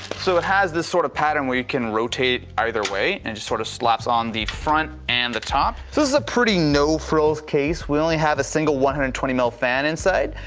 so it has this sort of pattern where you can rotate either way and just sort of slaps on the front and the top. so this is a pretty no frills case, we only have a single one hundred and and twenty mil fan inside,